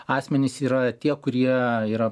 asmenys yra tie kurie yra